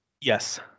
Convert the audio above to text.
Yes